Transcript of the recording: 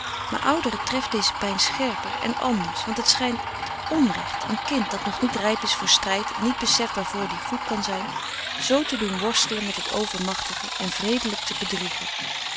maar ouderen treft deze pijn scherper en anders want het schijnt onrecht een kind dat nog niet rijp is voor strijd en niet beseft waarvoor die goed zijn kan zoo te doen worstelen met het overmachtige en wreedelijk te bedriegen